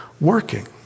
working